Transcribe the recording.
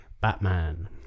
Batman